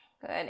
good